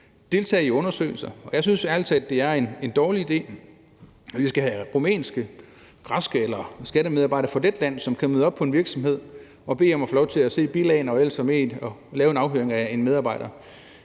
deltage i undersøgelser. Jeg synes ærlig talt, det er en dårlig idé, at vi skal have rumænske, græske eller lettiske skattemedarbejdere, der kan møde op på en virksomhed og bede om at få lov til at se bilagene og være med til at afhøre en medarbejder.